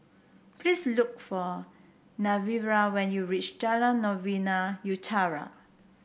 please look for Genevra when you reach Jalan Novena Utara